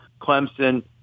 Clemson